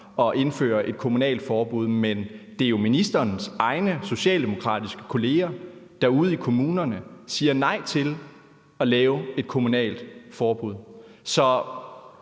at indføre et kommunalt forbud, men det er jo ministerens egne socialdemokratiske kolleger derude i kommunerne, der siger nej til at lave et kommunalt forbud. Så